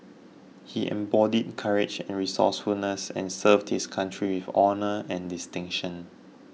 he embodied courage and resourcefulness and served his country with honour and distinction